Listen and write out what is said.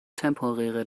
temporäre